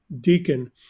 deacon